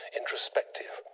Introspective